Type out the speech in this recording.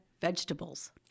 vegetables